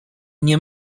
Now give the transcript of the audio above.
nie